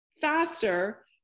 faster